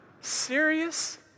Serious